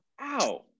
Ow